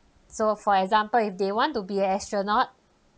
so for example if they want to be an astronaut